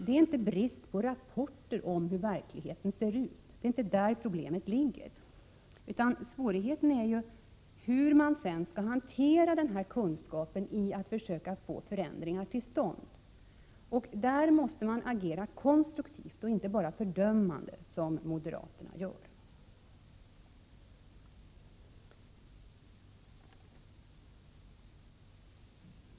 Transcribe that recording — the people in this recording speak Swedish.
Det är således inte någon brist på rapporter — det är inte där problemet ligger. Det svåra är att avgöra hur man sedan skall hantera denna kunskap för att få förändringar till stånd. Därvid måste man agera konstruktivt och inte bara fördömande, som moderaterna gör.